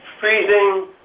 freezing